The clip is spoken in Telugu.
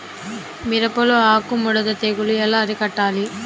మిరపలో ఆకు ముడత తెగులు ఎలా అరికట్టాలి?